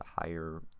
higher